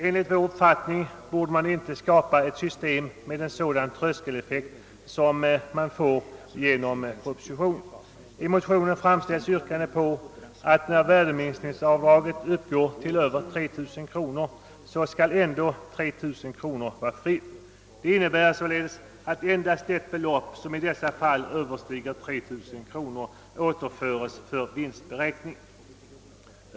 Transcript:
Enligt vår uppfattning borde man inte skapa ett system med en sådan tröskeleffekt som man får genom propositionens förslag. I motionen yrkas, att när värdeminskningsavdraget uppgår till över 3 000 kronor per år, så skall ändå 3 000 kronor vara fritt. Det innebär att endast Get belopp som överstiger 3000 kronor återförs för vinstberäkning.